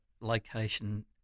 location